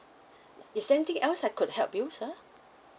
is there anything else I could help you sir